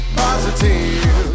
positive